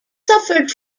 suffered